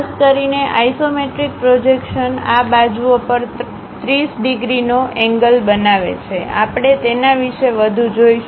ખાસ કરીને isometric projection આ બાજુઓ પર 30 ડિગ્રીનો એંગલ બનાવે છે આપણે તેના વિશે વધુ જોશું